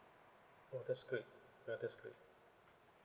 oh that's great ya that's great